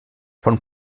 von